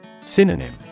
Synonym